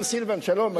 גם לסילבן שלום מגיע.